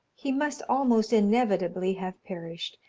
he must almost inevitably have perished,